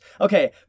Okay